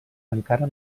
encara